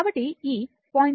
కాబట్టి ఈ 0